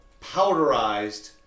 powderized